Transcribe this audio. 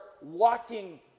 walking